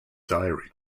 diary